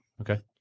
Okay